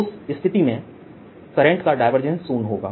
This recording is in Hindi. उस स्थिति में करंट का डायवर्जेंस शून्य होगा